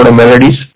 melodies